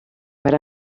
per